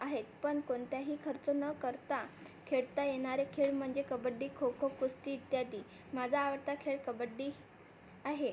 आहेत पण कोणताही खर्च न करता खेळता येणारे खेळ म्हणजे कबड्डी खोखो कुस्ती इत्यादी माझा आवडता खेळ कबड्डी आहे